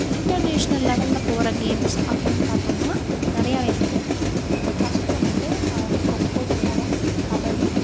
international லெவலில் போகிற games அப்படின் பார்த்தோன்னா நிறையாவே இருக்குது ஃபஸ்ட் ஒன் வந்து கோகோ சொல்லலாம் கபடி